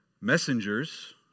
messengers